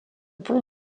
pont